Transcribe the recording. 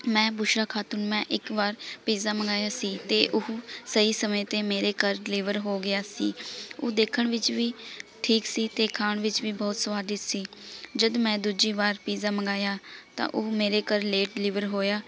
ਮੈਂ ਬੂਸ਼ਾ ਖਾਤੂਨ ਮੈਂ ਇੱਕ ਵਾਰ ਪੀਜ਼ਾ ਮੰਗਾਇਆ ਸੀ ਅਤੇ ਉਹ ਸਹੀ ਸਮੇਂ 'ਤੇ ਮੇਰੇ ਘਰ ਡਿਲੀਵਰ ਹੋ ਗਿਆ ਸੀ ਉਹ ਦੇਖਣ ਵਿੱਚ ਵੀ ਠੀਕ ਸੀ ਅਤੇ ਖਾਣ ਵਿੱਚ ਵੀ ਬਹੁਤ ਸਵਾਦਿਸ਼ਟ ਸੀ ਜਦ ਮੈਂ ਦੂਜੀ ਵਾਰ ਪੀਜ਼ਾ ਮੰਗਾਇਆ ਤਾਂ ਉਹ ਮੇਰੇ ਘਰ ਲੇਟ ਡਿਲੀਵਰ ਹੋਇਆ